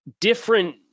different